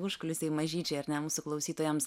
užkulisiai mažyčiai ar ne mūsų klausytojams